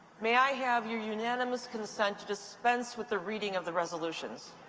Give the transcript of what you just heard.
may i have your unanimous consent to dispense with the reading of the resolutions?